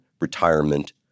retirement